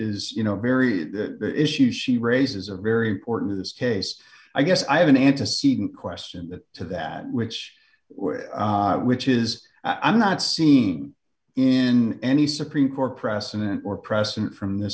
is you know very the issue she raises a very important in this case i guess i have an antecedent question that to that which which is i'm not seen in any supreme court precedent or precedent from th